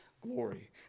glory